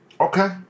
Okay